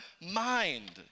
mind